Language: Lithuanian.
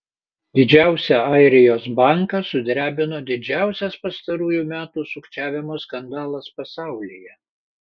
didžiausią airijos banką sudrebino didžiausias pastarųjų metų sukčiavimo skandalas pasaulyje